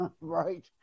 right